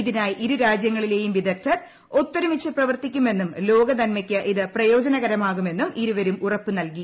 ഇതിനായി ഇരു രാജ്യങ്ങളിലെയും വിദഗ്ദ്ധർ ഒത്തൊരുമിച്ച് പ്രവർത്തിക്കുമെന്നും ലോക നന്മയ്ക്ക് ഇത് പ്രയോജനകരമാകുമെന്നും ഇരുവരും ഉറപ്പ് നൽകി